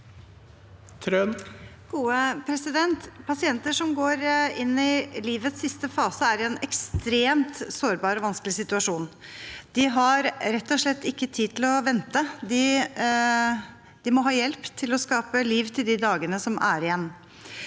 Pasienter som går inn i livets siste fase, er i en ekstremt sårbar og vanskelig situasjon. De har rett og slett ikke tid til å vente. De må ha hjelp til å skape liv til de dagene som er igjen.